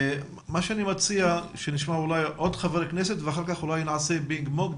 אני מציע שנשמע עוד חברי כנסת ואחר כך אולי נעשה פינג פונג.